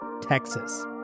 Texas